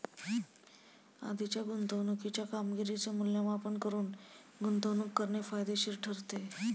आधीच्या गुंतवणुकीच्या कामगिरीचे मूल्यमापन करून गुंतवणूक करणे फायदेशीर ठरते